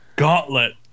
gauntlet